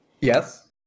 Yes